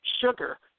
sugar